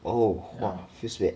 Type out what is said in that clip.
oh !wah! feels bad